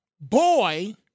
boy